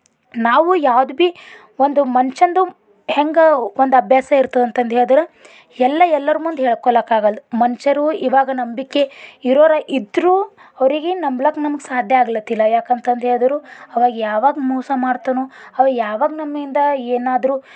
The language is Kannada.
ನಾವು ಯಾವ್ದು ಭಿ ಒಂದು ಮನುಷ್ಯಂದು ಹೆಂಗೆ ಒಂದು ಅಭ್ಯಾಸ ಇರ್ತದೆ ಅಂತಂದು ಹೇಳ್ದ್ರೆ ಎಲ್ಲ ಎಲ್ಲರ ಮುಂದೆ ಹೇಳ್ಕೊಳ್ಳಕಾಗಲ್ದ್ ಮನುಷ್ಯರು ಇವಾಗ ನಂಬಿಕೆ ಇರೋರು ಇದ್ದರೂ ಅವ್ರಿಗೆ ನಂಬ್ಲಿಕ್ ನಮ್ಗೆ ಸಾಧ್ಯ ಆಗ್ಲತಿಲ್ಲ ಯಾಕಂತಂದು ಹೇಳ್ದ್ರೆ ಅವ ಯಾವಾಗ ಮೋಸ ಮಾಡ್ತಾನೋ ಅವ ಯಾವಾಗ ನಮ್ಮಿಂದ ಏನಾದ್ರೂ